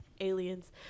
aliens